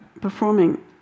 performing